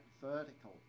vertical